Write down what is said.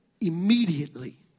immediately